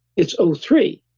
it's o three.